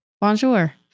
Bonjour